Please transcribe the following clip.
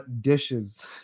Dishes